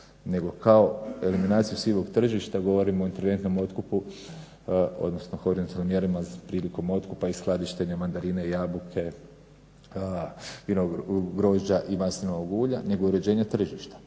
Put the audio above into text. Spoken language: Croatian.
kao eliminacija sivog tržišta, govorimo o interventnom otkupu odnosno horizontalnim mjerama prilikom otkupa i skladištenja mandarine i jabuke, grožđa i maslinovog ulja, nego uređenja tržišta.